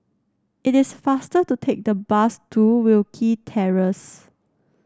it is faster to take the bus to Wilkie Terrace